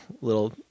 little